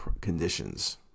conditions